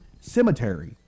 cemetery